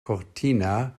cortina